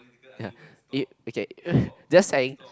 ya it okay just saying